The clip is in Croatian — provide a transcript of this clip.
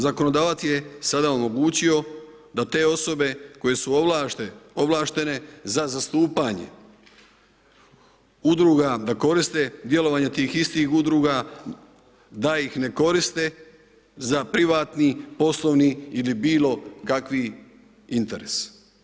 Zakonodavac je sada omogućio da te osobe koje su ovlaštene za zastupanje udruga, da koriste djelovanje tih istih udruga, da ih ne koriste za privatni, poslovni ili bilo kakvi interes.